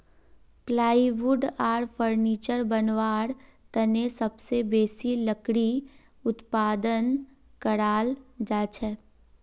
plywood आर furniture बनव्वार तने सबसे बेसी लकड़ी उत्पादन कराल जाछेक